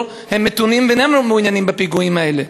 מתונים ואינם מעוניינים בפיגועים האלה.